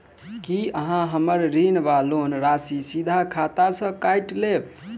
की अहाँ हम्मर ऋण वा लोन राशि सीधा खाता सँ काटि लेबऽ?